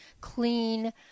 clean